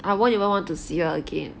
I won't even want to see her again